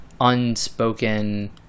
unspoken